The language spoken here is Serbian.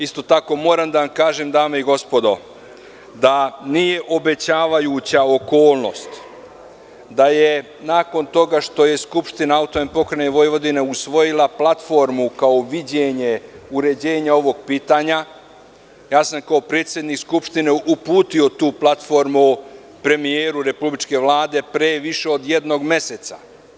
Isto tako, moram da vam kažem, dame i gospodo, da nije obećavajuća okolnost da je nakon toga što je Skupština AP Vojvodine usvojila platformu kao viđenje uređenja ovog pitanja, ja sam kao predsednik Skupštine uputio tu platformu premijeru republičke Vlade pre više od jednog meseca.